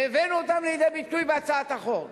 והבאנו אותם לידי ביטוי בהצעת החוק.